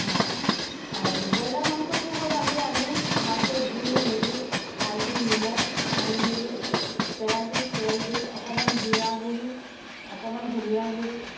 অঁ আৰু ব্ৰইলাৰ মাংসটো হ'ল আমি আনি ভালকৈ ধুই মেলি হালধি নিমখ সানি মেলি কেৰাহিত তেল দি অকণমান জীৰা গুড়ি অকণমান ধনিয়াৰ গুড়ি